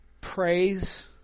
praise